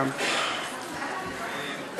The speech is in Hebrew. גם,